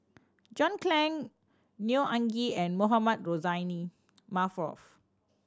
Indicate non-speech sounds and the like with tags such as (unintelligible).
John Clang Neo Anngee and Mohamed Rozani (unintelligible)